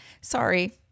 sorry